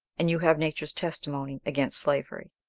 and you have nature's testimony against slavery.